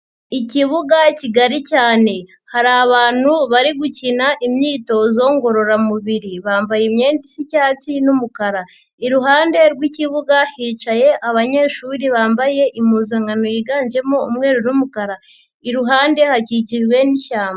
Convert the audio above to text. Ikibuga kigari cyane, hari abantu bari gukina imyitozo ngororamubiri, bambaye imyenda isa icyatsi n'umukara, iruhande rw'ikibuga hicaye abanyeshuri bambaye impuzankano yiganjemo umweru n'umukara, iruhande hakikijwe n'ishyamba.